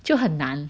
就很难